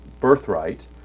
birthright